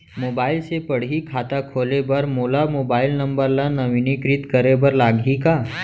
Mobile से पड़ही खाता खोले बर मोला मोबाइल नंबर ल नवीनीकृत करे बर लागही का?